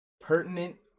pertinent